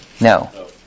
No